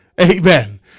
amen